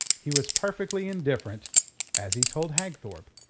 he was perfectly indifferent as he told hagthorpe,